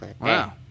Wow